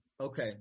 Okay